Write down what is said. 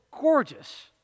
gorgeous